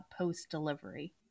post-delivery